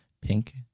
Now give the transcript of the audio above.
pink